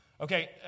Okay